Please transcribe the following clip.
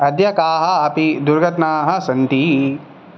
अद्य काः अपि दुर्घटनाः सन्ति